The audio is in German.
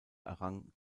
errang